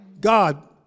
god